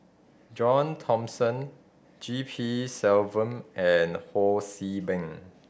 John Thomson G P Selvam and Ho See Beng